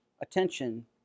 attention